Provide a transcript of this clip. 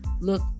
look